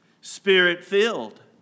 spirit-filled